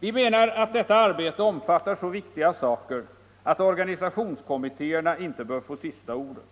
Vi menar att detta arbete omfattar så viktiga saker att organisationskommittéerna inte bör få sistå ordet.